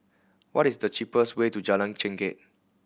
what is the cheapest way to Jalan Chengkek